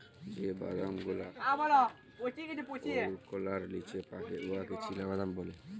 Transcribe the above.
যে বাদাম গুলা ওকলার লিচে পাকে উয়াকে চিলাবাদাম ব্যলে